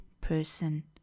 person